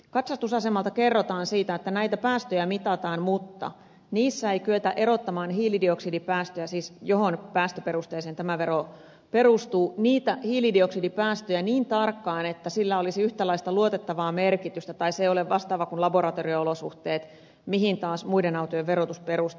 katsastusasemalta kerrotaan että näitä päästöjä mitataan mutta niissä ei kyetä erottamaan hiilidioksidipäästöjä mihin päästöperusteeseen siis tämä vero perustuu niin tarkkaan että sillä olisi yhtäläistä luotettavaa tai vastaavaa merkitystä kuin laboratorio olosuhteissa tehdyillä mittauksilla mihin taas muiden autojen verotus perustuu